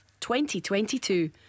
2022